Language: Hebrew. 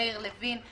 מאיר לוין,